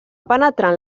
penetrant